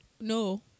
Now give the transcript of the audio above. No